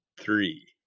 three